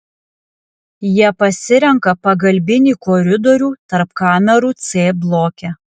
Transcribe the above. jie pasirenka pagalbinį koridorių tarp kamerų c bloke